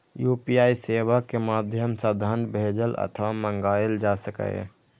UPI सेवा के माध्यम सं धन भेजल अथवा मंगाएल जा सकैए